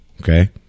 okay